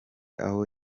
aho